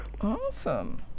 Awesome